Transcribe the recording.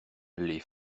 les